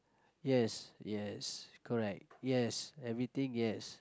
yes yes correct yes everything yes